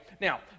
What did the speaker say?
Now